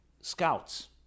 scouts